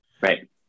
Right